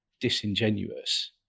disingenuous